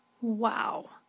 Wow